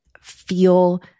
feel